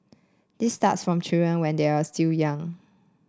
this starts from children when they are still young